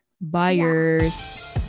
buyers